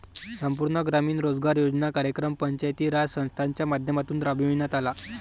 संपूर्ण ग्रामीण रोजगार योजना कार्यक्रम पंचायती राज संस्थांच्या माध्यमातून राबविण्यात आला